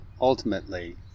Ultimately